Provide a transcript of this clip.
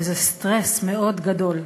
וזה סטרס מאוד גדול.